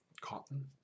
cotton